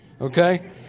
Okay